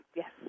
yes